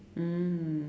mm